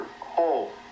whole